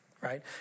right